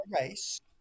race